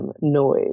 noise